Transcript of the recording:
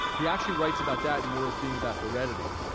he actually writes about that more as being about heredity.